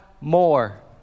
more